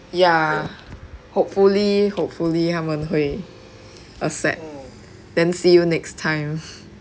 ya hopefully hopefully 他们会 accept then see you next time